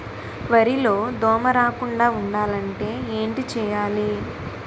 వరిలో దోమ రాకుండ ఉండాలంటే ఏంటి చేయాలి?